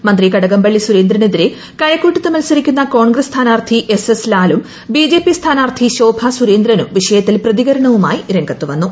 മ്യന്തി കടകംപള്ളി സുരേന്ദ്രനെതിരെ കഴക്കൂട്ടത്ത് മത്സരിക്കുന്ന കോൺഗ്രസ് സ്ഥാനാർത്ഥി എസ്എസ് ലാലും ബിജെപി സ്ഥാനാർത്ഥി ശോഭാ സുരേന്ദ്രനും വിഷയത്തിൽ പ്രതികരണവുമായി രംഗത്തുവന്നു